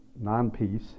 non-peace